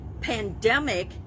pandemic